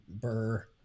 burr